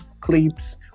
clips